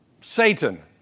Satan